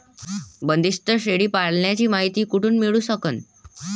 बंदीस्त शेळी पालनाची मायती कुठून मिळू सकन?